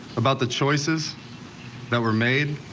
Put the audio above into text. about the choices that were. made